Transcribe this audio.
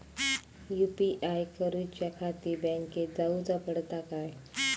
UPI करूच्याखाती बँकेत जाऊचा पडता काय?